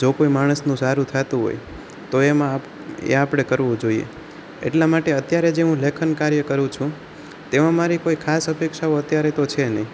જો કોઈ માણસનું સારું થાતું હોય તો એમાં એ આપણે કરવું જોઈએ એટલા માટે અત્યારે જે હું લેખન કાર્ય કરું છું તેમાં મારી કોઈ ખાસ અપેક્ષાઓ અત્યારે તો છે નહીં